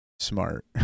smart